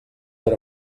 era